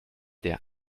der